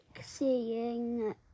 seeing